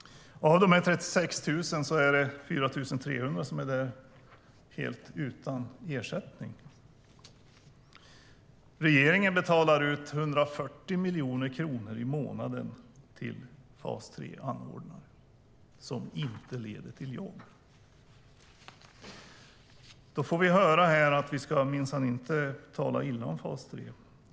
Av de 36 000 är 4 300 helt utan ersättning. Regeringen betalar ut 140 miljoner kronor i månaden till fas 3-anordnare. Det är pengar som inte leder till jobb. Då får vi höra här att vi minsann inte ska tala illa om fas 3.